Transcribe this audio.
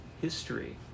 history